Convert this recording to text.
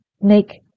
make